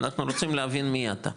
אנחנו רוצים להבין מי אתה.